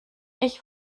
ich